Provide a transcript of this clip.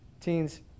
Teens